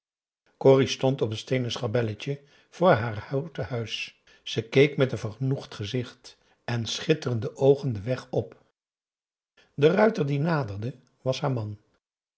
corrie stond op het steenen schabelletje voor haar houten huis ze keek met een vergenoegd gezicht en schitterende oogen den weg op de ruiter die naderde was haar man